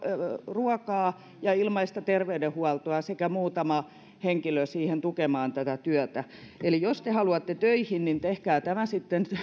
ruokaa ja ilmaista terveydenhuoltoa sekä muutama henkilö siihen tukemaan tätä työtä eli jos te haluatte töihin niin tehkää tämä sitten